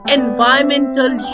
environmental